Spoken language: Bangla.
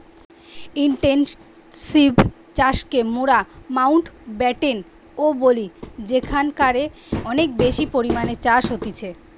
ইনটেনসিভ চাষকে মোরা মাউন্টব্যাটেন ও বলি যেখানকারে অনেক বেশি পরিমাণে চাষ হতিছে